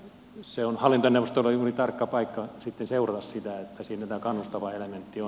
ja se on hallintoneuvostolle juuri tarkka paikka sitten seurata sitä että siinä tämä kannustava elementti on